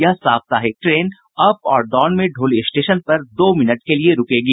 यह साप्ताहिक train up और डाउन में ढोली स्टेशन पर दो मिनट के लिये रूकेगी